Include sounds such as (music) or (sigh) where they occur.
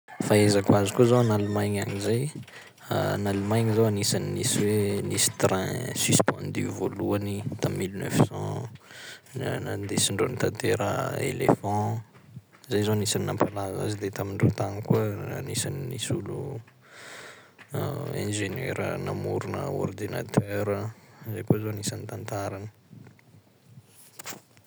Fahaizako azy koa zao agn' Allemagne agny zay i, (hesitation) n' Allemagne zao anisany nisy hoe nisy train suspendu voalohany tamy mille neuf cent (hesitation) nandesindreo nitatera élephant, zay zao anisany nampalaza azy de tamindreo tagny koa anisany nisy olo (hesitation) ingénieur namorona ordinateur, zay koa zao anisany tantarany.